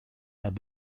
have